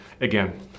again